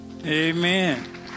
Amen